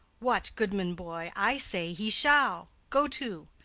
what, goodman boy? i say he shall. go to!